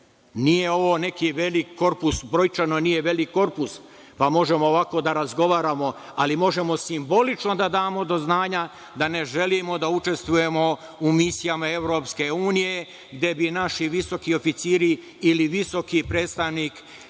Nije ovo neki velik korpus, brojčano nije velik korpus, pa možemo ovako da razgovaramo, ali možemo simbolično da damo do znanja da ne želimo da učestvujemo u misijama EU gde bi naši visoki oficiri ili visoki predstavnik